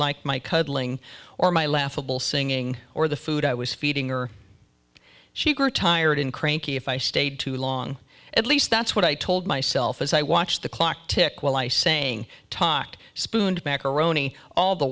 liked my cuddling or my laughable singing or the food i was feeding her she grew tired and cranky if i stayed too long at least that's what i told myself as i watched the clock tick while i saying talked spooned macaroni all the